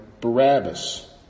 Barabbas